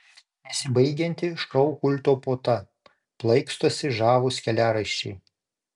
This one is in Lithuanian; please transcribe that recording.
nesibaigianti šou kulto puota plaikstosi žavūs keliaraiščiai